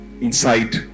inside